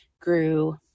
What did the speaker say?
grew